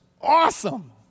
awesome